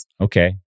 Okay